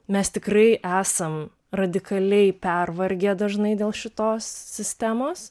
mes tikrai esam radikaliai pervargę dažnai dėl šitos sistemos